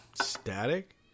Static